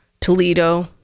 Toledo